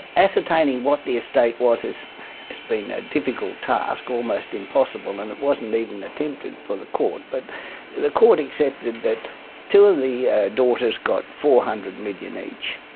ascertaining what the estate was has been a difficult task, almost impossible, and it wasn't even attempted for the court, but the court accepted that two of the ah daughters got four hundred million dollars